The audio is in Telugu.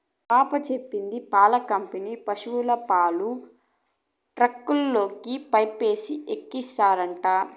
పాప చెప్పింది పాల కంపెనీల పశుల పాలు ట్యాంకుల్లోకి పైపేసి ఎక్కిత్తారట